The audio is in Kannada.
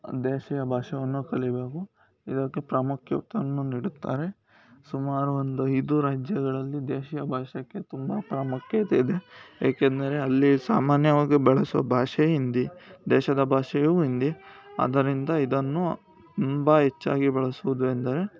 ದೇಶೀಯ ಭಾಷೆಯನ್ನು ಕಲಿಯಬೇಕು ಇದಕ್ಕೆ ಪ್ರಾಮುಖ್ಯತೆಯನ್ನು ನೀಡುತ್ತಾರೆ ಸುಮಾರು ಒಂದು ಐದು ರಾಜ್ಯಗಳಲ್ಲಿ ದೇಶೀಯ ಭಾಷೆಗೆ ತುಂಬ ಪ್ರಾಮುಖ್ಯತೆ ಇದೆ ಏಕೆಂದರೆ ಅಲ್ಲಿ ಸಾಮಾನ್ಯವಾಗಿ ಬಳಸುವ ಭಾಷೆ ಹಿಂದಿ ದೇಶದ ಭಾಷೆಯೂ ಹಿಂದಿ ಅದರಿಂದ ಇದನ್ನು ತುಂಬ ಹೆಚ್ಚಾಗಿ ಬಳಸುವುದು ಎಂದರೆ